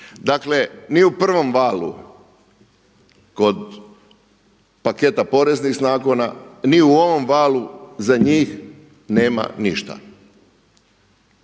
Dakle, mi u pravom valu kod paketa poreznih zakona, ni u ovom valu za njih nema ništa.